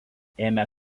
ėmė